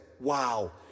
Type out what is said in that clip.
wow